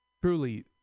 truly